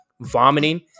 vomiting